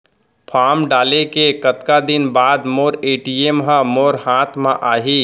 Form डाले के कतका दिन बाद मोर ए.टी.एम ह मोर हाथ म आही?